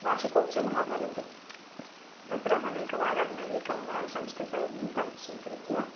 वार्षिकोत्सवः भवति तत्र अहम् एकवारम् एकं संस्कृतगीतं स्वीकृत्य